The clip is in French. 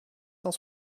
cent